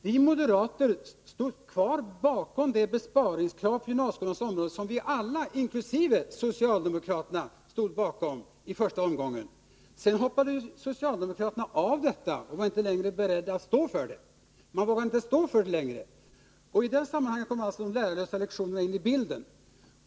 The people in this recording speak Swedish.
Vi moderater står kvar bakom den besparingsplan på gymnasieskolans område som vi alla, inkl. socialdemokraterna, accepterade i första omgången. Sedan hoppade socialdemokraterna av och var inte längre beredda att stå för den. I det sammanhanget kom de lärarlösa lektionerna in i bilden.